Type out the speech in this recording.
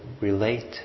relate